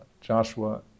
Joshua